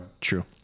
True